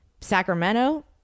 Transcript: Sacramento